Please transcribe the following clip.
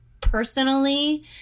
personally